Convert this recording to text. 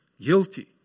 guilty